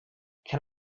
can